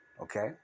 Okay